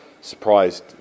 surprised